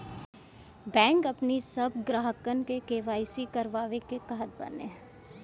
bank अपनी सब ग्राहकन के के.वाई.सी करवावे के कहत बाने